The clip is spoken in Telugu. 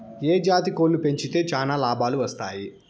ఏ జాతి కోళ్లు పెంచితే చానా లాభాలు వస్తాయి?